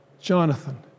Jonathan